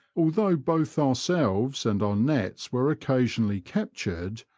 although both ourselves and our nets were occasionally captured,